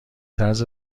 طرز